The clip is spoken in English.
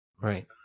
Right